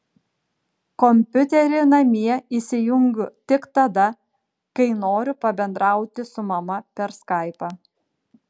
kompiuterį namie įsijungiu tik tada kai noriu pabendrauti su mama per skaipą